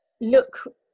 look